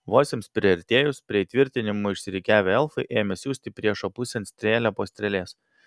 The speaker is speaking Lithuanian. vos jiems priartėjus prie įtvirtinimų išsirikiavę elfai ėmė siųsti priešo pusėn strėlę po strėlės